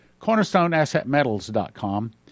Cornerstoneassetmetals.com